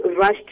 rushed